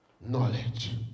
knowledge